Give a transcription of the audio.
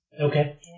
Okay